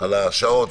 על השעות,